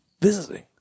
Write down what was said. visiting